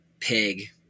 Pig